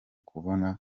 kubona